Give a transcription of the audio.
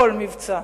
כל מבצע.